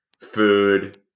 food